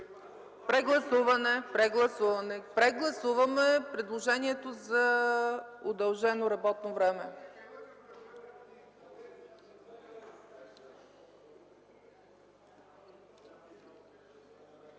прегласуване. Прегласуваме предложението за удължено работно време.